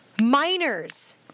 minors